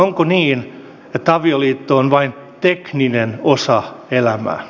onko niin että avioliitto on vain tekninen osa elämää